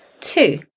Two